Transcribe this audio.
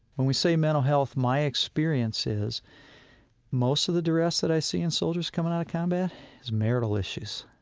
when we say mental health, my experience is most of the duress that i see in soldiers coming out of combat is marital issues.